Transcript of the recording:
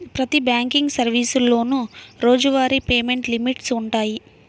ప్రతి బ్యాంకింగ్ సర్వీసులోనూ రోజువారీ పేమెంట్ లిమిట్స్ వుంటయ్యి